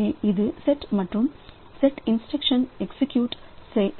எனவே இது செட் மற்றும் செட் இன்ஸ்டிரக்ஷன் எக்ஸி கியூட்